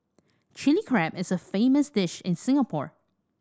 Chilli Crab is a famous dish in Singapore